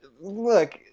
look